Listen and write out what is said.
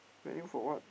waiting for what